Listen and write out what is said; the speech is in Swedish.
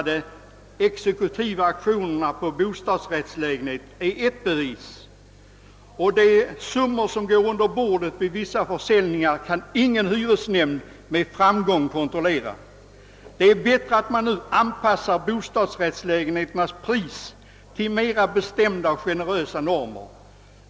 De exekutiva auktioner på bostadsrättslägenheter som arrangeras är ell bevis, och de summor som går under bordet vid vissa försäljningar kan ingen hyresnämnd med framgång kontrollera. Det är bättre att man nu anpassar bostadsrättslägenheternas pris till mera bestämda och generösare normer.